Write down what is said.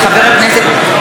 הצעת חוק לשכת עורכי